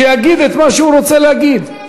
שיגיד את מה שהוא רוצה להגיד.